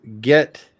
get